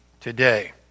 today